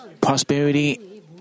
prosperity